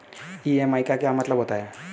EMI का क्या मतलब होता है?